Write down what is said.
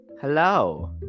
hello